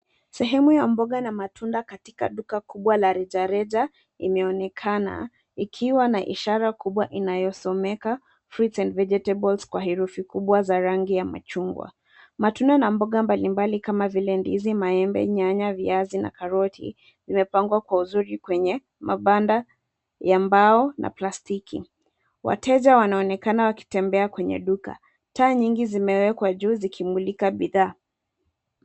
Sehemu ya mboga na matunda katika duka kubwa la rejareja inaonekana ikiwa na ishara kubwa inayosomeka Fruits and Vegetables kwa herufi kubwa za rangi ya machungwa. Matunda na mboga mbalimbali kama vile ndizi. maembe, nyanya, viazi na karoti vimepangwa kwa uzuri kwenye mabanda ya mbao na plastiki. Wateja wanaonekana wakitembea kwenye duka. Taa nyingi zimewekwa juu zikimulika bidhaa.